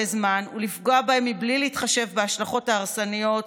זמן ולפגוע בהם בלי להתחשב בהשלכות ההרסניות,